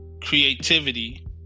creativity